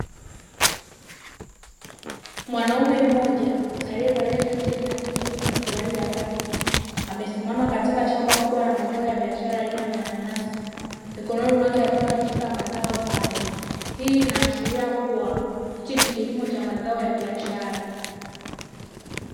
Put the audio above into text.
Mwanaume mmoja, aliye valia shati lenye rangi nyekundu na suruali ya khaki, amesimama katika shamba kubwa la mazao ya biashara aina ya mananasi. Mkononi mwake akiwa ameshika mazao hayo, hii ina ashiria kuwa hichi ni kilimo cha mazao ya biashara.